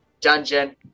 Dungeon